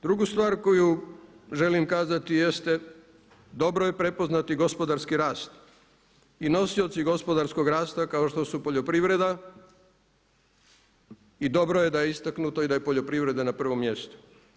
Drugu stvar koju želim kazati jeste dobro je prepoznati gospodarski rast i nosioci gospodarskog rasta kao što su poljoprivreda i dobro je da je istaknuto i da je poljoprivreda na prvom mjestu.